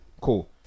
Cool